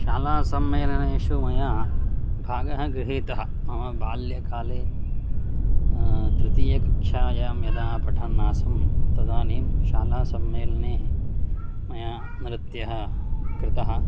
शालासम्मेलनेषु मया भागः गृहीतः मम बाल्यकाले तृतीयकक्षायां यदा पठन्नासम् तदानीं शालासम्मेलने मया नृत्यः कृतः